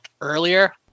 earlier